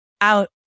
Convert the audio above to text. out